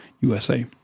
USA